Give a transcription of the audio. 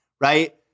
right